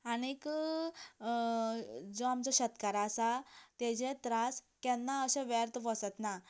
आनी जो आमचो शेतकार आसा ताजें त्रास केन्ना अशें व्यर्थ वचत ना